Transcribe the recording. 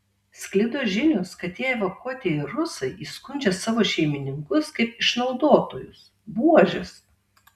sklido žinios kad tie evakuotieji rusai įskundžia savo šeimininkus kaip išnaudotojus buožes